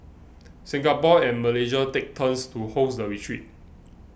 Singapore and Malaysia take turns to host the retreat